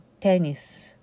tennis